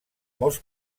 molts